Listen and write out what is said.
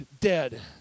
dead